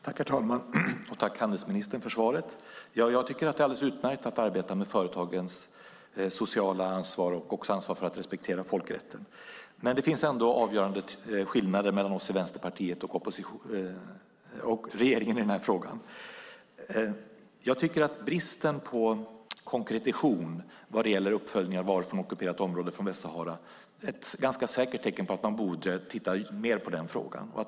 Herr talman! Tack för svaret, handelsministern! Jag tycker att det är alldeles utmärkt att arbeta med företagens sociala ansvar och deras ansvar för att respektera folkrätten. Men det finns ändå avgörande skillnader mellan oss i Vänsterpartiet och regeringen i den här frågan. Jag tycker att bristen på konkretion vad gäller uppföljningen av varor från ockuperat område i Västsahara är ett ganska säkert tecken på att man borde titta mer på den frågan.